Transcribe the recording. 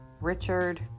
Richard